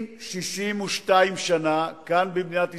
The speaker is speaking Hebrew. אם 62 שנה כאן, במדינת ישראל,